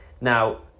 Now